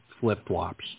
flip-flops